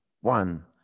one